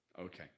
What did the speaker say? Okay